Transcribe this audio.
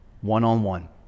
one-on-one